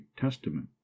Testament